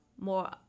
more